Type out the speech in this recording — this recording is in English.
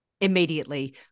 Immediately